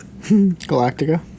Galactica